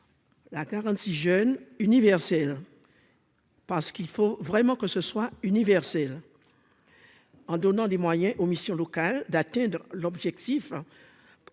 la 46 jeunes universel. Parce qu'il faut vraiment que ce soit universel en donnant des moyens aux missions locales, d'atteindre l'objectif